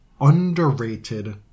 underrated